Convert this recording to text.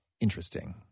interesting